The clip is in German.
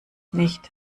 nicht